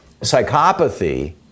psychopathy